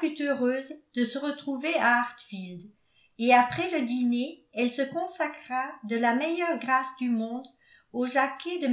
fut heureuse de se retrouver à hartfield et après le dîner elle se consacra de la meilleure grâce du monde au jacquet de